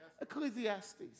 Ecclesiastes